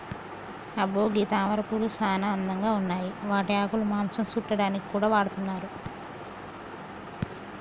అబ్బో గీ తామరపూలు సానా అందంగా ఉన్నాయి వాటి ఆకులు మాంసం సుట్టాడానికి కూడా వాడతున్నారు